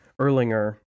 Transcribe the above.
Erlinger